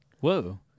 whoa